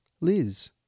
Liz